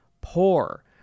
poor